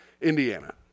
Indiana